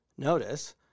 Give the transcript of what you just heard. Notice